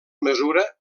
mesura